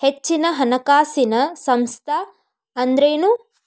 ಹೆಚ್ಚಿನ ಹಣಕಾಸಿನ ಸಂಸ್ಥಾ ಅಂದ್ರೇನು?